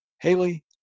Haley